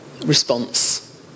response